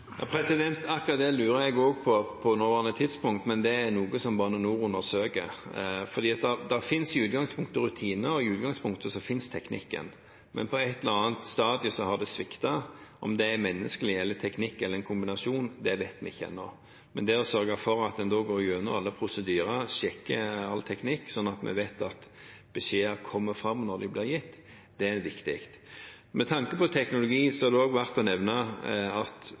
nåværende tidspunkt, men det er noe som Bane Nor undersøker. Det finnes i utgangspunktet rutiner, og i utgangspunktet finnes teknikken, men på et eller annet stadium har det sviktet. Om det er menneskelig eller teknisk svikt, eller en kombinasjon, vet vi ikke ennå. Men det å sørge for at en går gjennom alle prosedyrer og sjekker all teknikk, sånn at vi vet at beskjeder kommer fram når de blir gitt, er viktig. Med tanke på teknologi er det også verd å nevne at det i dag er en del av reinsdyrflokkene som har GPS-merking. Også det vil kunne gi viktig informasjon, og hvis vi klarer å sørge for at